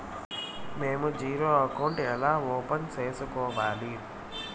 మేము zero account ఎలా open సేసుకోవాలి